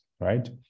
right